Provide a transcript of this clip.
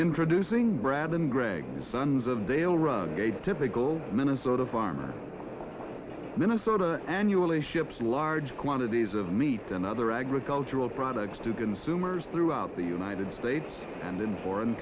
introducing brad and greg the sons of dale rugged typical minnesota farmer minnesota annually ship large quantities of meat and other agricultural products to consumers throughout the united states and in foreign